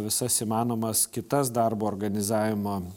visas įmanomas kitas darbo organizavimo